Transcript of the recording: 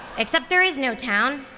except there is no town.